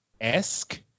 esque